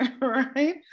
right